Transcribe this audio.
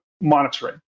monitoring